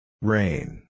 Rain